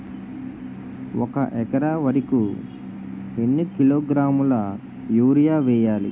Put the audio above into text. ఒక ఎకర వరి కు ఎన్ని కిలోగ్రాముల యూరియా వెయ్యాలి?